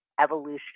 evolution